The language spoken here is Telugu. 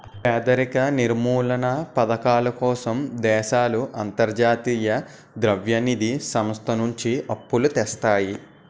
పేదరిక నిర్మూలనా పధకాల కోసం దేశాలు అంతర్జాతీయ ద్రవ్య నిధి సంస్థ నుంచి అప్పులు తెస్తాయి